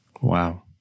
Wow